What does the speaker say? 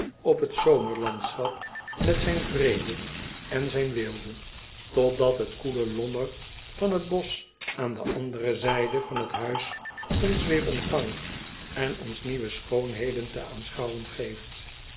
op het zomerlandschap met zijn vrede en zijn weelde totdat het koele lommer van het bosch aan de andere zijde van het huis ons weêr ontvangt en ons nieuwe schoonheden te aanschouwen geeft